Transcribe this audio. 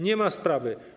Nie ma sprawy.